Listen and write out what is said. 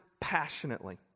passionately